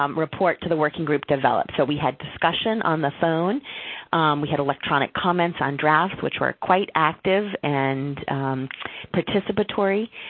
um report to the working group developed? so, we had discussion on the phone we had electronic comments on drafts, which were quite active and participatory.